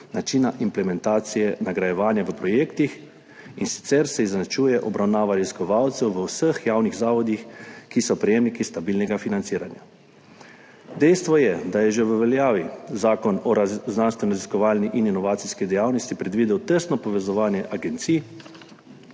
načina implementacije nagrajevanja v projektih, in sicer se izenačuje obravnava raziskovalcev v vseh javnih zavodih, ki so prejemniki stabilnega financiranja. Dejstvo je, da je že veljavni Zakon o znanstvenoraziskovalni in inovacijski dejavnosti predvidel tesno povezovanje agencij,